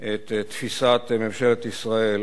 בקצרה את תפיסת ממשלת ישראל,